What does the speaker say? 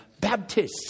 Baptists